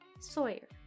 Sawyer